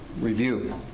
review